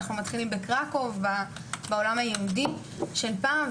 אנחנו מתחילים בקרקוב, בעולם היהודי של פעם.